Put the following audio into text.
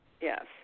Yes